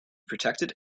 protected